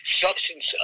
substance